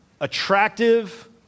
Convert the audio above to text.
attractive